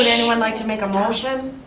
anyone like to make a motion?